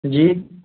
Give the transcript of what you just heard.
جی